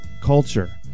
Culture